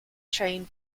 chain